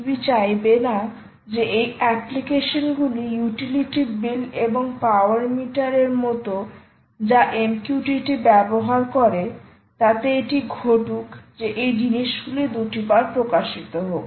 তুমি চাইবে না যে এই অ্যাপ্লিকেশনগুলি ইউটিলিটি বিল এবং পাওয়ার মিটারের মতো যা MQTT ব্যবহার করে তাতে এটি ঘটুক যে এই জিনিসগুলি দুটিবার প্রদর্শিত হোক